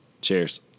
Cheers